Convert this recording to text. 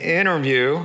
interview